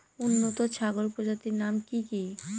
উন্নত ছাগল প্রজাতির নাম কি কি?